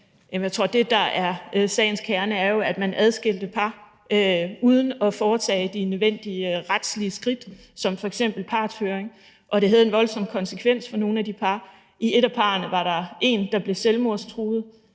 Jeg tror, at det, der er sagens kerne, er, at man adskilte par uden at foretage de nødvendige retslige skridt som f.eks. partshøring, og at det havde en voldsom konsekvens for nogle af de par. I et af parrene var der en, der blev selvmordstruet.